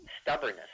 stubbornness